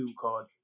called